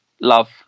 love